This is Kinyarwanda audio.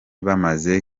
baramaze